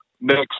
next